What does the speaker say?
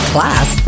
Class